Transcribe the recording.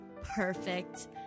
Perfect